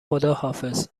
خداحافظ